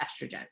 estrogen